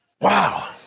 Wow